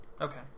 okay